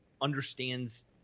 understands